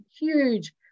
huge